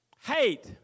Hate